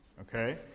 okay